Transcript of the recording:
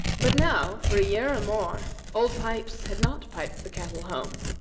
but now, for a year or more, old pipes had not piped the cattle home.